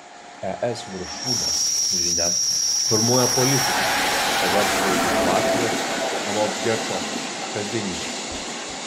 es viršūnės žinia formuoja politiką o verslui inovacijos anot gečo kasdienybė